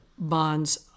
bonds